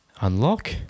unlock